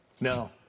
No